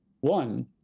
One